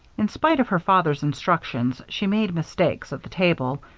in spite of her father's instructions, she made mistakes at the table,